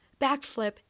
backflip